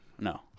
no